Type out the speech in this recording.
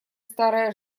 старая